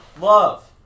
love